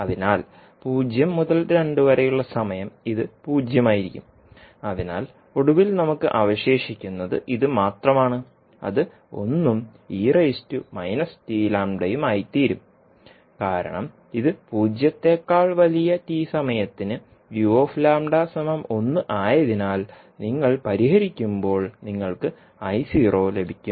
അതിനാൽ പൂജ്യം മുതൽ രണ്ട് വരെയുള്ള സമയം ഇത് പൂജ്യമായിരിക്കും അതിനാൽ ഒടുവിൽ നമുക്ക് അവശേഷിക്കുന്നത് ഇത് മാത്രമാണ് അത് ഒന്നും ഉം ആയിത്തീരും കാരണംഇത് പൂജ്യത്തേക്കാൾ വലിയ t സമയത്തിന് ആയതിനാൽ നിങ്ങൾ പരിഹരിക്കുമ്പോൾ നിങ്ങൾക്ക് ലഭിക്കും